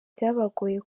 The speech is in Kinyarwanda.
byabagoye